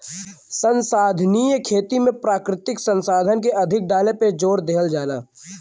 संसाधनीय खेती में प्राकृतिक संसाधन के अधिक डाले पे जोर देहल जाला